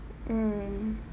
mm